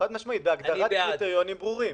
חד משמעי, בהגדרת קריטריונים ברורים.